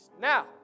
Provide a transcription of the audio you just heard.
Now